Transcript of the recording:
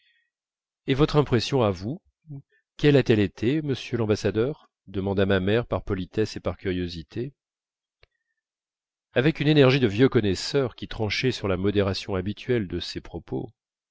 et votre impression à vous quelle a-t-elle été monsieur l'ambassadeur demanda ma mère par politesse et par curiosité avec une énergie de vieux connaisseur qui tranchait sur la modération habituelle de ses propos